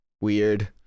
weird